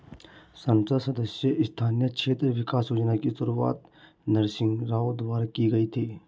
संसद सदस्य स्थानीय क्षेत्र विकास योजना की शुरुआत नरसिंह राव द्वारा की गई थी